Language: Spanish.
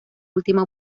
última